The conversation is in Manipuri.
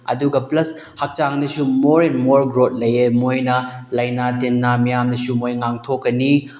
ꯑꯗꯨꯒ ꯄ꯭ꯂꯁ ꯍꯛꯆꯥꯡꯗꯁꯨ ꯃꯣꯔ ꯃꯣꯔ ꯒ꯭ꯔꯣꯠ ꯂꯩꯌꯦ ꯃꯣꯏꯅ ꯂꯥꯏꯅꯥ ꯇꯤꯟꯅ ꯃꯌꯥꯝꯅꯁꯨ ꯃꯣꯏ ꯉꯥꯛꯊꯣꯛꯀꯅꯤ